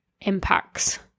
impacts